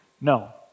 No